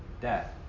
Death